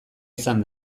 izan